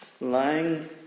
lying